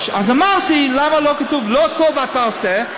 אז אמרתי, למה לא כתוב: לא טוב אתה עושה?